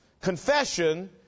Confession